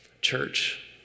Church